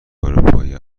اروپایی